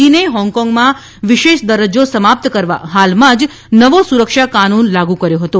ચીને હોંગકોંગમાં વિશેષ દરજ્જો સમાપ્ત કરવા હાલમાં જ નવો સુરક્ષા કાનૂન લાગુ કર્યો હતો